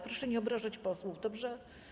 Proszę nie obrażać posłów, dobrze?